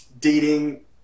dating